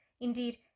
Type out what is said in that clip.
Indeed